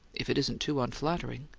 if it isn't too unflattering.